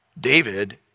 David